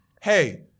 hey